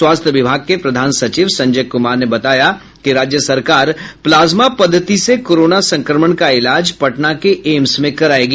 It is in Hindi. स्वास्थ्य विभाग के प्रधान सचिव संजय कुमार ने बताया कि राज्य सरकार प्लाज्मा पद्धति से कोरोना संक्रमण का इलाज पटना के एम्स में करायेगी